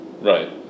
Right